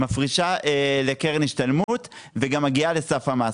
מפרישה לקרן השתלמות וגם מגיעה לסף המס,